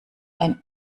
ein